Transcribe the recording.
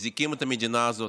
מחזיקים את המדינה הזאת,